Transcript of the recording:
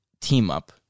team-up